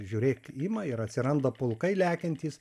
žiūrėk ima ir atsiranda pulkai lekiantys